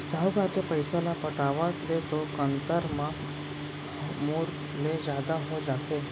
साहूकार के पइसा ल पटावत ले तो कंतर ह मूर ले जादा हो जाथे